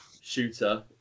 Shooter